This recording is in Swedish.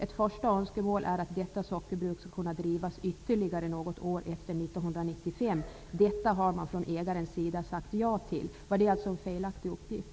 Ett första önskemål är att detta sockerbruk skall kunna drivas ytterligare något år efter 1995. Detta har man från ägarens sida sagt ja till.'' Var det en felaktig uppgift?